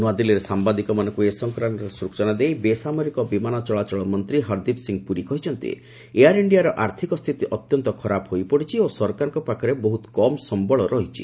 ନୂଆଦିଲ୍ଲୀରେ ସାମ୍ଭାଦିକମାନଙ୍କୁ ଏ ସଂକ୍ରାନ୍ତରେ ସୂଚନା ଦେଇ ବେସାମରିକ ବିମାନ ଚଳାଚଳ ମନ୍ତ୍ରୀ ହରଦୀପ ସିଂହ ପୁରୀ କହିଛନ୍ତି ଏୟାର୍ ଇଣ୍ଡିଆର ଆର୍ଥିକ ସ୍ଥିତି ଅତ୍ୟନ୍ତ ଖରାପ ହୋଇପଡ଼ିଛି ଓ ସରକାରଙ୍କ ପାଖରେ ବହୁତ କମ୍ ସମ୍ପଳ ରହିଛି